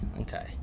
Okay